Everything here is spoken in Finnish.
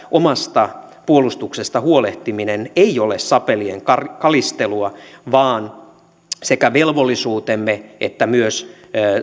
omasta puolustuksesta huolehtiminen ei ole sapelinkalistelua vaan sekä velvollisuutemme että myös